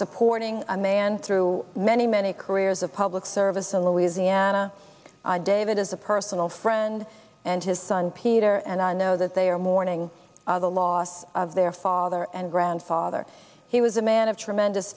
supporting a man through many many careers of public service and louisiana david as a personal friend and his son peter and i know that they are mourning the loss of their father and grandfather he was a man of tremendous